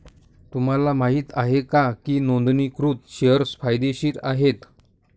तुम्हाला माहित आहे का की नोंदणीकृत शेअर्स फायदेशीर आहेत?